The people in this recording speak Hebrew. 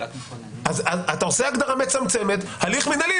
אז אתה עושה הגדרה מצמצמת הליך מינהלי,